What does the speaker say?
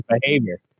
behavior